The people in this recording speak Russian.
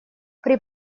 при